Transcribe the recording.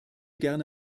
gerne